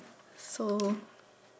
so